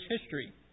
history